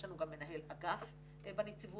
יש לנו גם מנהל אגף בנציבות,